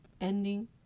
ending